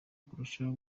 kurushaho